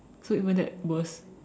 so isn't that worse